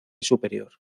superior